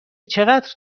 چقدر